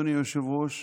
אדוני היושב-ראש,